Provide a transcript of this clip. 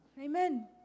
Amen